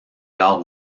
gares